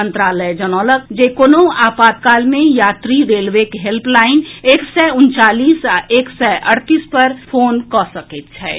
मंत्रालय जनौलक जे कोनहुं आपातकाल मे यात्री रेलवेक हेल्पलाइन एक सय उनचालीस आ एक सय अड़तीस पर फोन कऽ सकैत छथि